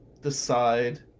decide